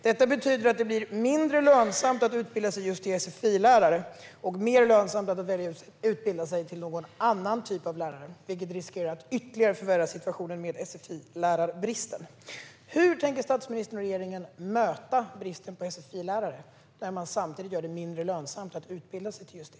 Detta betyder att det blir mindre lönsamt att utbilda sig just till sfi-lärare och mer lönsamt att välja att utbilda sig till någon typ av annan lärare. Detta riskerar att ytterligare förvärra situationen med bristen på sfi-lärare. Hur tänker statsministern och regeringen möta bristen på sfi-lärare när man samtidigt gör det mindre lönsamt att utbilda sig till just det?